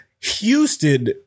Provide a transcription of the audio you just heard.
Houston